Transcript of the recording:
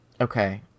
Okay